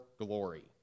glory